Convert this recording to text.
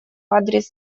адрес